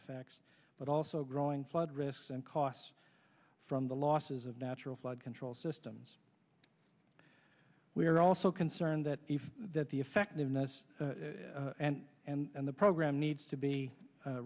effects but also growing flood risks and costs from the losses of natural flood control systems we are also concerned that if that the effectiveness and and the program needs to be